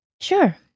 Sure